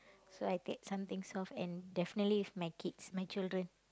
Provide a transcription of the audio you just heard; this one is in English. so I take something soft and definitely is my kids my children